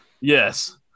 Yes